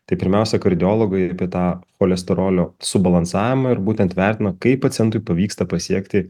tai pirmiausia kardiologai apie tą cholesterolio subalansavimą ir būtent vertina kaip pacientui pavyksta pasiekti